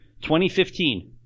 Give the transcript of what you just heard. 2015